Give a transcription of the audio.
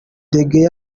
degaule